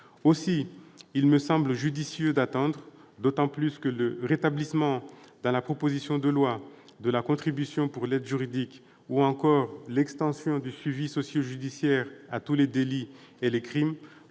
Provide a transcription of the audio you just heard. Aussi me semble-t-il judicieux d'attendre, d'autant que le rétablissement dans la proposition de loi de la contribution pour l'aide juridique ou encore l'extension du suivi socio-judiciaire à tous les délits et les crimes